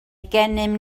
gennym